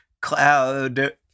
cloud